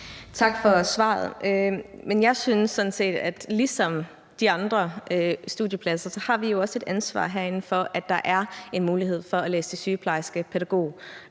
Tak for svaret. Men jeg synes sådan set, at vi ligesom med de andre studiepladser har et ansvar herinde for, at der er en mulighed for at læse til sygeplejerske, pædagog,